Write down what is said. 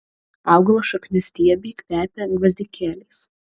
augalo šakniastiebiai kvepia gvazdikėliais